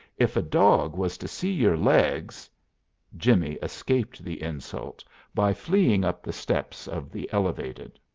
if a dog was to see your legs jimmie escaped the insult by fleeing up the steps of the elevated.